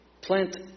plant